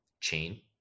Chain